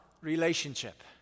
relationship